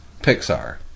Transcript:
pixar